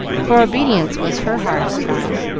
for obedience was her hardest trial.